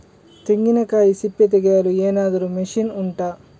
ತೆಂಗಿನಕಾಯಿ ಸಿಪ್ಪೆ ತೆಗೆಯಲು ಏನಾದ್ರೂ ಮಷೀನ್ ಉಂಟಾ